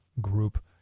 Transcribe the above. Group